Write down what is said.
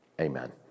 Amen